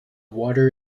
water